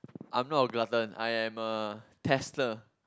I'm not a glutton I am a tester